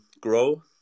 grow